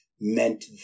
meant